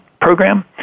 program